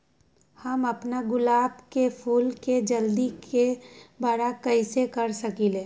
हम अपना गुलाब के फूल के जल्दी से बारा कईसे कर सकिंले?